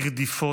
רדיפות,